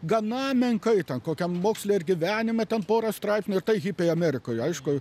gana menkai ten kokiam moksle ar gyvenime ten porą straipsnių ir tai hipiai amerikoje aišku